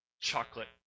chocolate